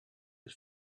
was